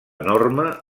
norma